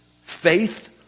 faith